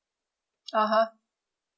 (uh huh)